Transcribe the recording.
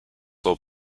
slow